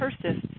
persists